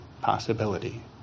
possibility